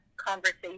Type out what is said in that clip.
Conversation